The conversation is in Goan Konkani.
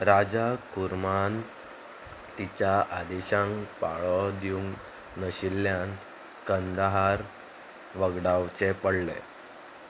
राजा खुर्मान तिच्या आदेशांक पाळो दिवंक नाशिल्ल्यान कंदाहार वगडावचें पडलें